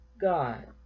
god